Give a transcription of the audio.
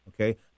Okay